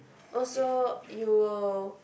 also you will